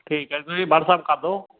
ਠੀਕ ਹੈ ਜੀ ਤੁਸੀਂ ਵਟਸਐਪ ਕਰਦੋ